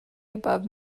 above